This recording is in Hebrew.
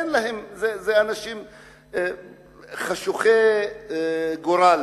אלה אנשים חשוכי מרפא,